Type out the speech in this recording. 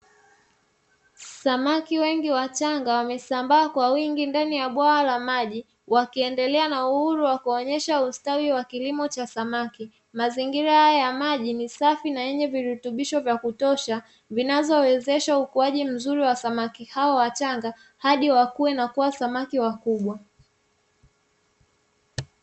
Samaki wengi wachanga wamesambaa kwa wingi ndani ya bwawa la maji, wakiendelea na uhuru wa kuonyesha ustawi wa kilimo cha samaki, mazingira hayo ya maji, ni safi na yenye virutubisho vya kutosha, vinavyowezesha ukuaji mzuri wa samaki hao wachanga, hadi wakue na kuwa samaki wakubwa.